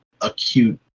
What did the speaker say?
acute